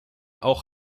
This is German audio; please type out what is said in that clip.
auch